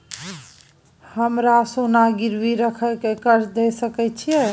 हमरा सोना गिरवी रखय के कर्ज दै सकै छिए?